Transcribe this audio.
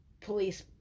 police